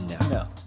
No